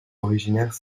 originaire